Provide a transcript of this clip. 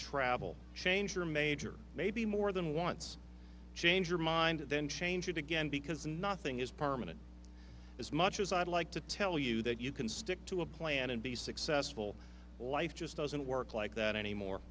travel change your major may be more than wants change your mind then change it again because nothing is permanent as much as i'd like to tell you that you can stick to a plan and be successful life just doesn't work like that anymore